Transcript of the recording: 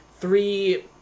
three